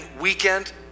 weekend